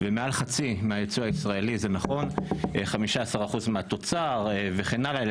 מעל חצי מהייצוא הישראלי, 15% מהתוצר וכן הלאה.